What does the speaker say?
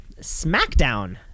SmackDown